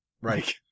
Right